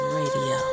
radio